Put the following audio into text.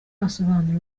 asobanura